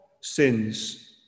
sins